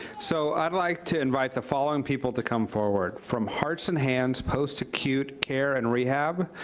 so, i'd like to invite the following people to come forward. from hearts and hands post acute care and rehab,